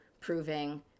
proving